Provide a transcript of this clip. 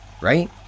right